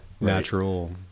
Natural